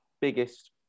biggest